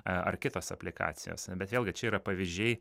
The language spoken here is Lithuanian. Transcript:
ar kitos aplikacijose bet vėlgi čia yra pavyzdžiai